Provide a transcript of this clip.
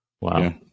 Wow